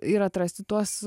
ir atrasti tuos